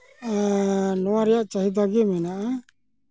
ᱱᱚᱣᱟ ᱨᱮᱭᱟᱜ ᱪᱟᱹᱦᱤᱫᱟ ᱜᱮ ᱢᱮᱱᱟᱜᱼᱟ